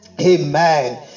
Amen